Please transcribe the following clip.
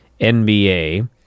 NBA